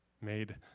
made